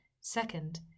Second